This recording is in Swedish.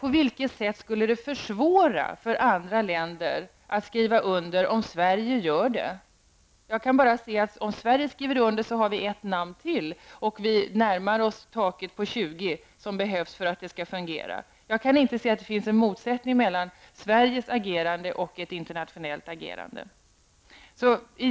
På vilket sätt skulle det försvåra för andra länder att skriva under om Sverige gör det? Jag kan bara se att om Sverige skriver under, så blir det ett namn till, och vi närmar oss då de 20 underskrifter som behövs för att konventionen skall träda i kraft. Jag kan inte se att det finns en motsättning mellan Sveriges agerande och ett internationellt agerande.